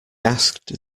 asked